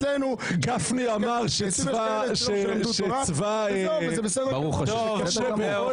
יש אצלנו --- שלמדו תורה, וזה בסדר גמור.